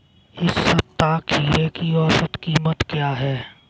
इस सप्ताह खीरे की औसत कीमत क्या है?